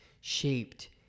shaped